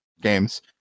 games